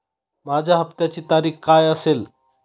माझ्या हप्त्याची तारीख काय असेल?